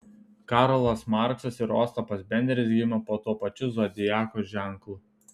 karlas marksas ir ostapas benderis gimė po tuo pačiu zodiako ženklu